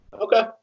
Okay